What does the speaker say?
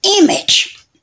image